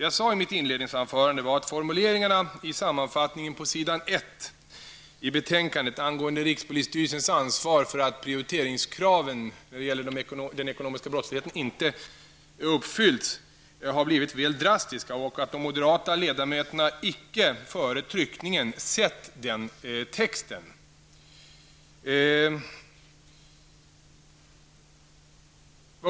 Jag sade i mitt inledningsanförande att formuleringarna i sammanfattningen på s. 1 i betänkandet angående rikspolisstyrelsens ansvar för att prioriteringskraven när det gäller den ekonomiska brottsligheten inte har uppfyllts har blivit väl drastiska. De moderata ledamötena såg inte den texten innan den trycktes.